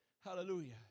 hallelujah